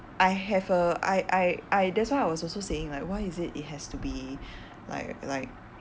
I have a I I I that's why I was also saying like why is it it has to be like like